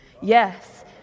yes